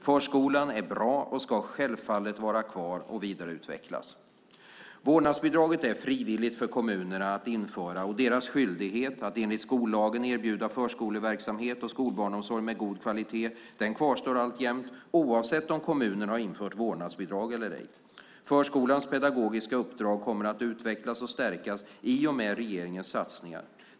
Förskolan är bra och ska självfallet vara kvar och vidareutvecklas. Vårdnadsbidraget är frivilligt för kommunerna att införa och deras skyldighet, att enligt skollagen erbjuda förskoleverksamhet och skolbarnsomsorg med god kvalitet, den kvarstår alltjämt - oavsett om kommunen har infört vårdnadsbidrag eller ej. Förskolans pedagogiska uppdrag kommer att utvecklas och stärkas i och med regeringens satsningar.